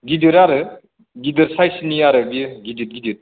गिदिर आरो गिदिर सायसनि आरो बेयो गिदिर गिदिर